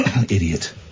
Idiot